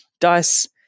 dice